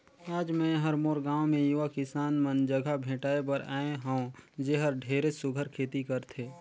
आज मैं हर मोर गांव मे यूवा किसान मन जघा भेंटाय बर आये हंव जेहर ढेरेच सुग्घर खेती करथे